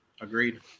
Agreed